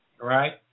Right